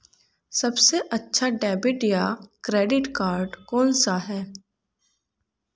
सबसे अच्छा डेबिट या क्रेडिट कार्ड कौन सा है?